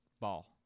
ball